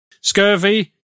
scurvy